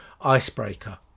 icebreaker